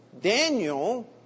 Daniel